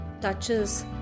touches